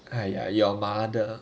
!aiya! your mother